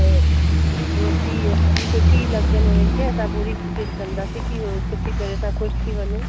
रोटी असांजी सुठी लॻंदव उन्हनि खे असां पूरी कोशिशि कंदासीं की सुठी तरह सां खुश थी वञनि